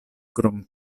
krom